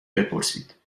بپرسید